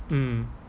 mm